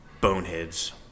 Boneheads